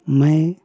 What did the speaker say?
मैं